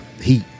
heat